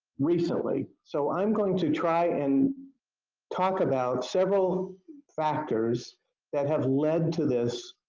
recently? so, i am going to try and talk about several factors that have led to this